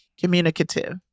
communicative